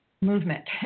movement